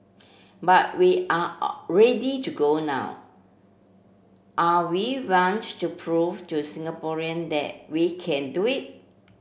but we are ready to go now are we want to prove to Singaporean that we can do it